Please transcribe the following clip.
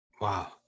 Wow